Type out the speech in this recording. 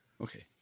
Okay